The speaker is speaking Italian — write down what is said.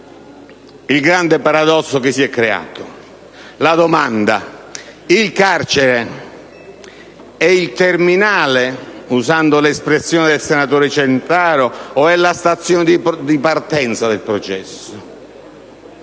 al grande paradosso che si è creato. La domanda è la seguente: il carcere è il punto terminale, usando l'espressione del senatore Centaro, o la stazione di partenza del processo?